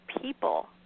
people